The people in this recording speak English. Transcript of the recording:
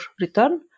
return